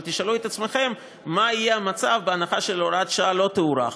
אבל תשאלו את עצמכם מה יהיה המצב בהנחה שהוראת השעה לא תוארך.